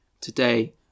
Today